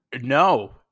No